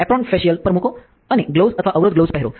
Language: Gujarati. એપ્રોન ફેશિયલ પર મૂકો અને ગ્લોવ્સ અથવા અવરોધ ગ્લોવ્સ પહેરો